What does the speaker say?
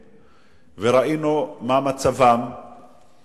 אי-אמון, ואתה יודע מה המשמעות של זה.